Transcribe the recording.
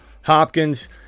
Hopkins